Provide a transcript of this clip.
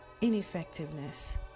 ineffectiveness